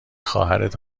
خواهرت